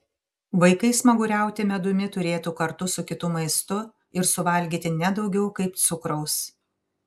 vaikai smaguriauti medumi turėtų kartu su kitu maistu ir suvalgyti ne daugiau kaip cukraus